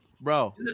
Bro